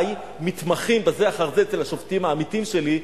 מתמחים זה אחר זה אצל השופטים העמיתים שלי,